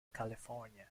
california